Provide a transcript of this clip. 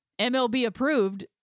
MLB-approved